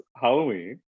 Halloween